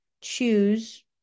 choose